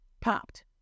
popped